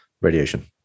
radiation